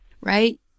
right